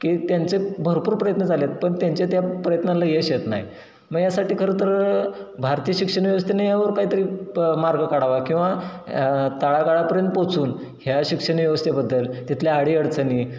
की त्यांचे भरपूर प्रयत्न झालेत पण त्यांचे त्या प्रयत्नाला यश येत नाही म यासाठी खरं तर भारतीय शिक्षण व्यवस्थेने यावर काहीतरी प मार्ग काढावा किंवा तळागाळापर्यंत पोचून ह्या शिक्षण व्यवस्थेबद्दल तिथल्या अडीअडचणी